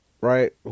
right